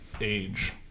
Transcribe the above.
age